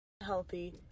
Healthy